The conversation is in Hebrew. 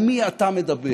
על מי אתה מדבר,